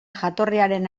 jatorriaren